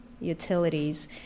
utilities